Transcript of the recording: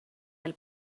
del